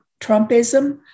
Trumpism